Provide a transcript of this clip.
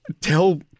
Tell